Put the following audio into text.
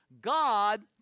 god